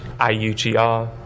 IUGR